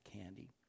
candy